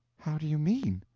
how do you mean?